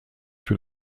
für